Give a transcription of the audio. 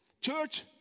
Church